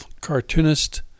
cartoonist